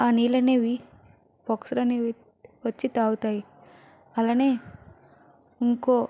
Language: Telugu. ఆ నీళ్లనేవి పక్షులనేవి వచ్చి తాగుతాయి అలానే ఇంకో